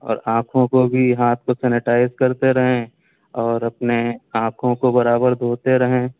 اور آنکھوں کو بھی ہاتھ کو سینیٹائز کرتے رہیں اور اپنے آنکھوں کو برابر دھوتے رہیں